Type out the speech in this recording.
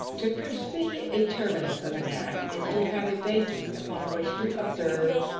to foresee a terminus of an act is to have a basis upon which to observe,